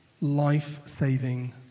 life-saving